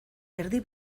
erdi